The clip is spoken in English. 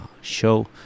show